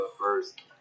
first